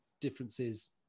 differences